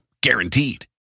guaranteed